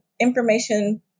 information